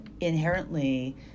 inherently